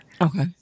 okay